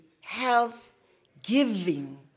health-giving